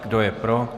Kdo je pro?